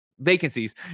vacancies